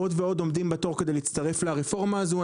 עוד ועוד עומדים בתור כדי להצטרף לרפורמה הזו.